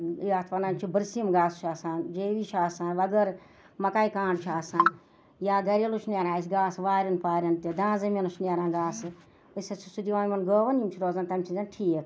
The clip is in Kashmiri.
یَتھ وَنان چھِ بٔرسیٖم گاسہٕ چھُ آسان جے وی چھُ آسان وَغٲرٕ مَکاے کانٛڈ چھُ آسان یا گَریلو چھُ نیران اَسہِ گاسہٕ وارٮ۪ن پارٮ۪ن تہِ دان زٔمیٖنَس چھُ نیران گاسہٕ أسۍ حظ چھِ سُہ دِوان یِمَن گٲوَن یِم چھِ روزان تَمہِ سۭتۍ ٹھیٖک